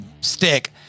stick